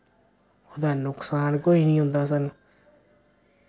ओह्दा नुक्सान कोई नि होंदा स्हानूं